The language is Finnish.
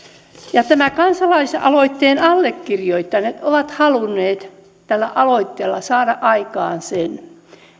kansalaisaloitteen allekirjoittaneet ovat halunneet tällä aloitteella saada aikaan sen